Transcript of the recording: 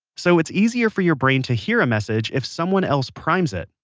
so it's easier for your brain to hear a message if someone else primes it,